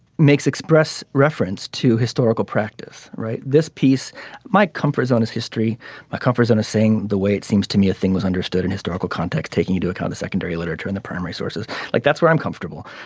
makes express reference to historical practice. right. this piece mike comfort zone is history my comfort zone is saying the way it seems to me a thing was understood in historical context taking into account the secondary literature and the primary sources like that's where i'm comfortable.